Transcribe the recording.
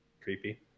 Creepy